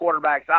quarterbacks